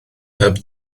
heb